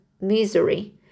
misery